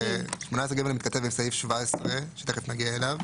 סעיף 18(ג) מתכתב עם סעיף 17 שתכף נגיע אליו,